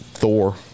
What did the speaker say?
thor